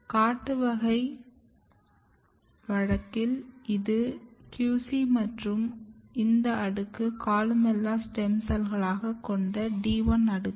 காட்டு வகை வழக்கில் இது QC மற்றும் இந்த அடுக்கு கொலுமெல்லா ஸ்டெம் செல்களைக் கொண்ட D 1 அடுக்கு